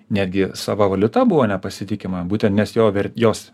netgi sava valiuta buvo nepasitikima būtent nes jo ver jos